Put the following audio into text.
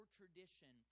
tradition